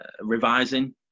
revising